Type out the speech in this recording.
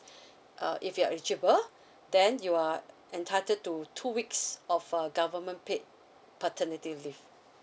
uh if you're eligible then you are entitled to two weeks of a government paid paternity leave